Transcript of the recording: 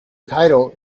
title